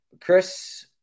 Chris